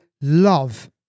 love